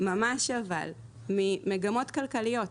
ממגמות כלכליות.